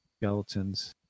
skeletons